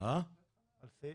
בסוף,